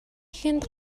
эхэнд